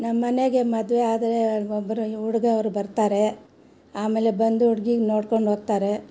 ನಮ್ಮನೆಗೆ ಮದುವೆ ಆದರೆ ಒಬ್ರು ಹುಡುಗವ್ರು ಬರ್ತಾರೆ ಆಮೇಲೆ ಬಂದು ಹುಡುಗಿನ ನೋಡ್ಕೊಂಡು ಹೋಗ್ತಾರೆ